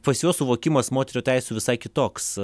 pas juos suvokimas moterų teisių visai kitoks